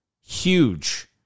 huge